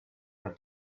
her